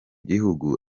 gihugu